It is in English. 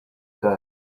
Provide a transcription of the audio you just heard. die